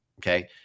Okay